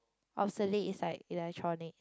obsolete is like electronic